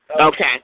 Okay